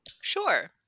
Sure